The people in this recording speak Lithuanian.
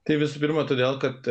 tai visų pirma todėl kad